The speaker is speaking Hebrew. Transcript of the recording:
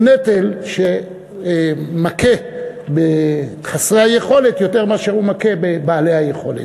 הוא נטל שמכה בחסרי היכולת יותר מאשר הוא מכה בבעלי היכולת,